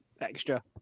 extra